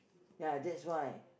ya that's why